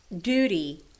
duty